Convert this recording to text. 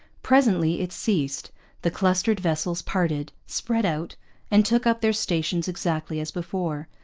presently it ceased the clustered vessels parted spread out and took up their stations exactly as before,